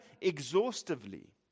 exhaustively